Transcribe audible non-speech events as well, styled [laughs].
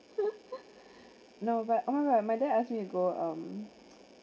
[laughs] no but oh my god my dad ask me to go um